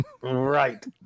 Right